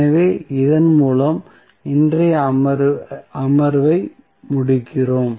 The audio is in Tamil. எனவே இதன் மூலம் எங்கள் இன்றைய அமர்வை முடிக்கிறோம்